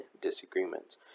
disagreements